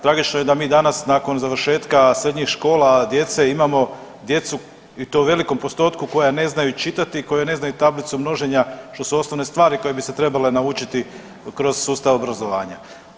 Tragično je da mi danas nakon završetka srednjih škola djece imamo djecu i to u velikom postotku koja ne znaju čitati i koja ne znaju tablicu množenja što su osnovne stvari koje bi se trebale naučiti kroz sustav obrazovanja.